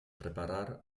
preparar